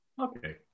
Okay